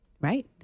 Right